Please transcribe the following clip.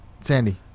Sandy